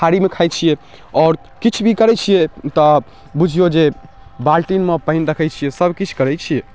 तऽ थारीमे खाइ छियै आओर किछु भी करै छियै तऽ बुझियौ जे बाल्टीमे पानि रखै छियै सब किछु करै छियै